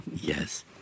yes